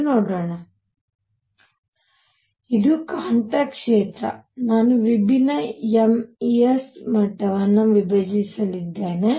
ಆದ್ದರಿಂದ ಇದು ಕಾಂತಕ್ಷೇತ್ರ ನಾನು ವಿಭಿನ್ನ ms ಮಟ್ಟವನ್ನು ವಿಭಜಿಸಲಿದ್ದೇನೆ